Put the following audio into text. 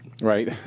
right